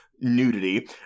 nudity